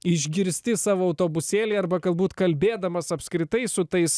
išgirsti savo autobusėly arba galbūt kalbėdamas apskritai su tais